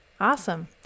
Awesome